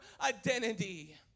identity